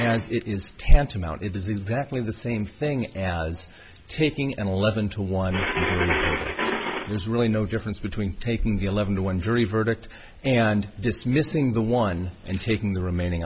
and it is tantamount it is exactly the same thing as taking an eleven to one there's really no difference between taking the eleven to one jury verdict and dismissing the one and taking the remaining